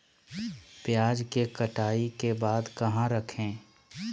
प्याज के कटाई के बाद कहा रखें?